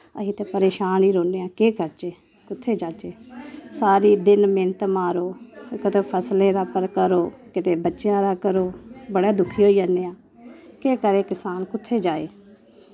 अस ते परेशान गै रौह्न्ने आं केह् करचै कुत्थै जाह्चै सारे दिन मेह्नत मारो कदैं फसलें दे पर करो किते बच्चेआं दा करो बड़ा दुखी होई जन्ने आं केह् करे किसान कुत्थे जाए